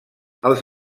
als